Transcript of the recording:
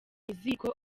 ziko